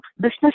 business